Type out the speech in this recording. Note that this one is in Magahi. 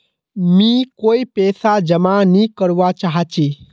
मी कोय पैसा जमा नि करवा चाहची